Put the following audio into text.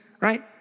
right